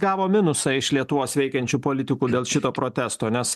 gavo minusą iš lietuvos veikiančių politikų dėl šito protesto nes